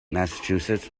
massachusetts